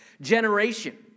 generation